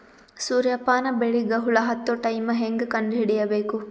ಸೂರ್ಯ ಪಾನ ಬೆಳಿಗ ಹುಳ ಹತ್ತೊ ಟೈಮ ಹೇಂಗ ಕಂಡ ಹಿಡಿಯಬೇಕು?